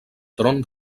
tron